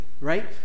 right